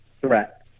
threat